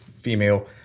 female